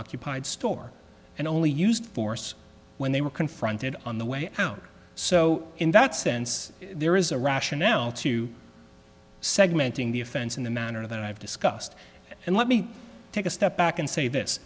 occupied store and only used force when they were confronted on the way down so in that sense there is a rationale to segmenting the offense in the manner that i've discussed and let me take a step back and say this